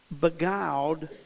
beguiled